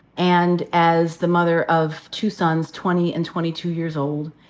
and as the mother of two sons, twenty and twenty two years old,